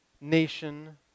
nation